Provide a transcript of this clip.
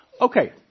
Okay